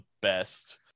best